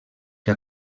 que